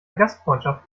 gastfreundschaft